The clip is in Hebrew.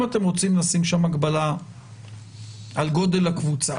אם אתם רוצים לשים שם הגבלה על גודל הקבוצה,